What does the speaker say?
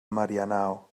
marianao